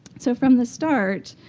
so from the start,